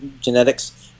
genetics